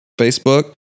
Facebook